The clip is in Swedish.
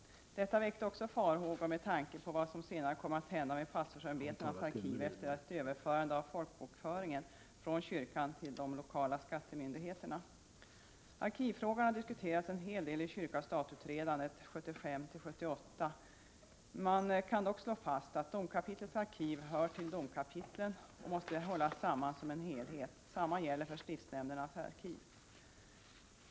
1987/88:81 farhågor med tanke på vad som senare kommer att hända med pastorsämbe 3 mars 1988 tenas arkiv efter ett överförande av folkbokföringen från kyrkan till de lokala skattemyndigheterna. Arkivfrågorna diskuterades en hel del i kyrka—stat-utredningen 1975-1978. Det kan dock slås fast att domkapitlens arkiv hör till domkapitlen och måste hållas samman som en helhet. Detta gäller även för stiftsnämndernas arkiv.